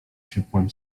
ciepłem